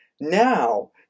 Now